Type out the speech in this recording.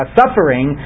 suffering